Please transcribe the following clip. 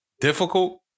difficult